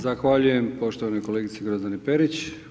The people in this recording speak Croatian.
Zahvaljujem poštovanoj kolegici Grozdani Perić.